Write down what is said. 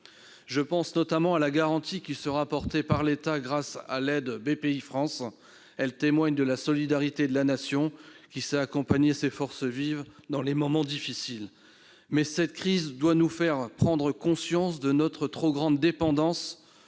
je pense notamment à la garantie apportée par l'État grâce à Bpifrance qui témoigne de la solidarité de la Nation, laquelle sait accompagner ses forces vives dans les moments difficiles. Mais cette crise doit aussi nous faire prendre conscience de notre trop grande dépendance